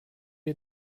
wir